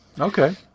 Okay